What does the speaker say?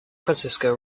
francisco